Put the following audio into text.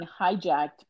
hijacked